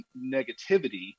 negativity